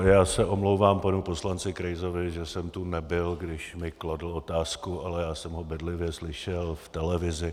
Já se omlouvám panu poslanci Krejzovi, že jsem tu nebyl, když mi kladl otázku, ale já jsem ho bedlivě slyšel v televizi.